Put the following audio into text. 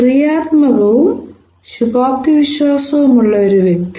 ക്രിയാത്മകവും ശുഭാപ്തിവിശ്വാസവുമുള്ള ഒരു വ്യക്തി